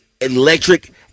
electric